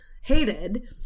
hated